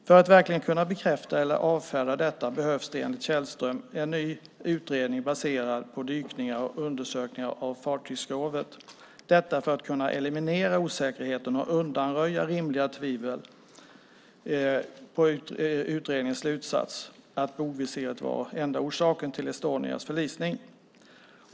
För att verkligen kunna bekräfta eller avfärda detta behövs det enligt Källström en ny utredning baserad på dykningar och undersökningar av fartygsskrovet för att kunna eliminera osäkerheten och undanröja rimliga tvivel angående utredningens slutsats att bogvisiret var enda orsaken till Estonias förlisning.